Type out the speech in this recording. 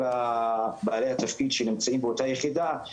בעלי התפקידים שנמצאים באותה יחידה,